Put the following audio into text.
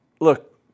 look